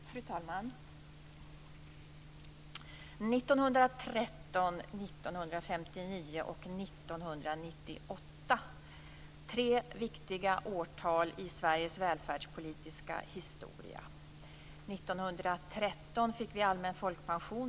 Fru talman! År 1913, 1959 och 1998. Tre viktiga årtal i Sveriges välfärdspolitiska historia. År 1913 fick vi allmän folkpension.